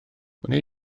wnei